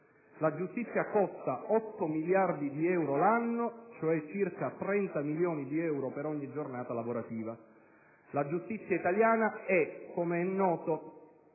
La giustizia costa 8 miliardi di euro l'anno, cioè circa 30 milioni di euro per ogni giornata lavorativa. La giustizia italiana è, dunque,